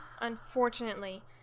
Unfortunately